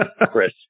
Chris